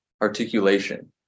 articulation